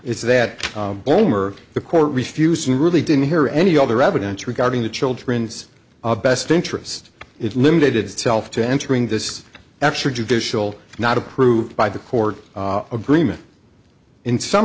is that omer the court refusing really didn't hear any other evidence regarding the children's best interest it's limited itself to entering this extrajudicial not approved by the court agreement in some